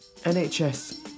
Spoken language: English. NHS